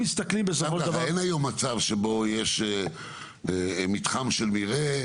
אשאל: יש היום מצב שבו יש מתחם של מרעה,